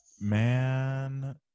Man